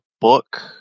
book